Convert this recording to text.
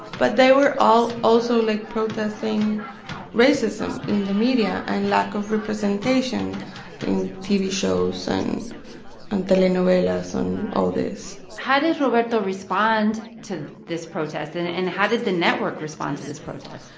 but they were all also, like, protesting racism in the media and lack of representation in tv shows and in telenovelas and all this how does roberto respond to this protest? and and how did the network respond to this protest?